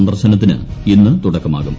സന്ദർശനത്തിന് ഇന്ന് തുടക്കമാകും